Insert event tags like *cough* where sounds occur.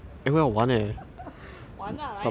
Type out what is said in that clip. *laughs* 玩 ah 来 ah